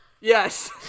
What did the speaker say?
yes